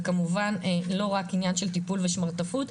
וכמובן לא רק עניין של טיפול ושמרטפות,